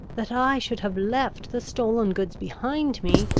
that i should have left the stolen goods behind me,